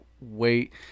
wait